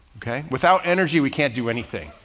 okay. without energy, we can't do anything.